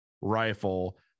rifle